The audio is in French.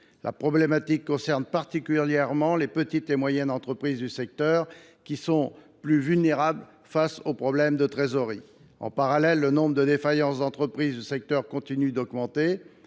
La difficulté concerne particulièrement les petites et moyennes entreprises du secteur, qui sont plus vulnérables face aux problèmes de trésorerie. En parallèle, le nombre de défaillances d’entreprises du secteur continue d’augmenter